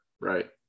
Right